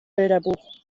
bilderbuch